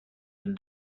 been